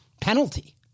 penalty